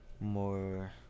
more